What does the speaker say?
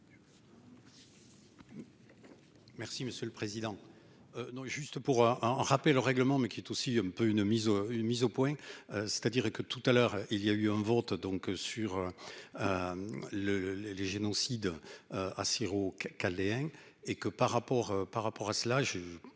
Merci monsieur le président.